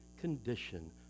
condition